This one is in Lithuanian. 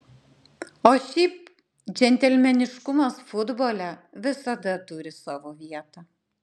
o šiaip džentelmeniškumas futbole visada turi savo vietą